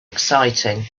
exciting